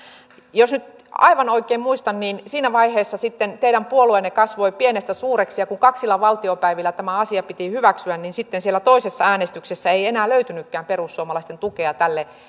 jos nyt aivan oikein muistan niin siinä vaiheessa sitten teidän puolueenne kasvoi pienestä suureksi ja kun kaksilla valtiopäivillä tämä asia piti hyväksyä niin sitten siellä toisessa äänestyksessä ei enää löytynytkään perussuomalaisten tukea tälle